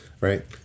right